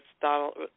Donald